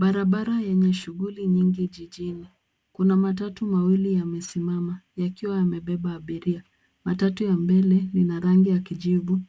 Barabara yenye shughuli nyingi jijini. Kuna matatu mawili yamesimama, yakiwa yamebeba abiria. Matatu ya mbele lina rangi ya kijivu,